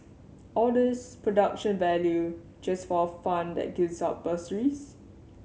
all this production value just for a fund that gives out bursaries